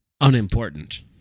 unimportant